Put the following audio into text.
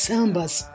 Sambas